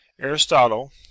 aristotle